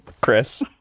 Chris